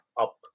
up